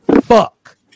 fuck